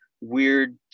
weird